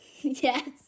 Yes